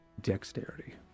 dexterity